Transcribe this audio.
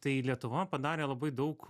tai lietuva padarė labai daug